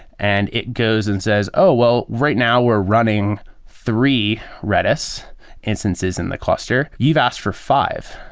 and it goes and says, oh, well. right now we're running three redis instances in the cluster. you've asked for five.